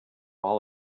all